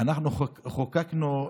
אנחנו חוקקנו,